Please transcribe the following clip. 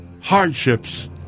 hardships